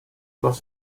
los